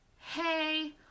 hey